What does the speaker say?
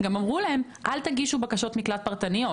גם אמרו להם לא להגיש בקשות מקלט פרטניות.